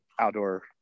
outdoor